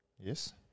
Yes